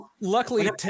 luckily